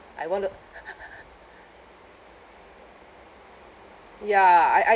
I want to ya I I